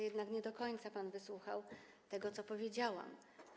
Jednak nie do końca pan wysłuchał tego, co powiedziałam.